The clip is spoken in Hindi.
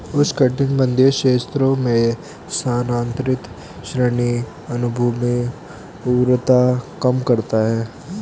उष्णकटिबंधीय क्षेत्रों में स्थानांतरित कृषि वनभूमि उर्वरता कम करता है